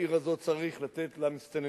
בעיר הזאת צריך לתת למסתננים,